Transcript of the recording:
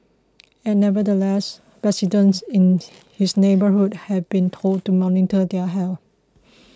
and nevertheless residents in his neighbourhood have been told to monitor their health